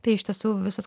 tai iš tiesų visos